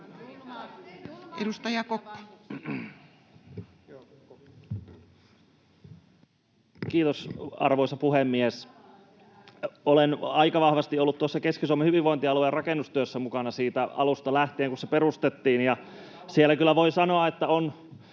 Content: Kiitos, arvoisa puhemies! Olen aika vahvasti ollut tuossa Keski-Suomen hyvinvointialueen rakennustyössä mukana siitä alusta lähtien, kun se perustettiin, ja kyllä voin sanoa, että